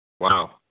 Wow